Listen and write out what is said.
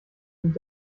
sind